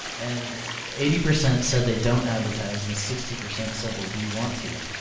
and eighty percent said they don't advertise and sixty percent said they do want to.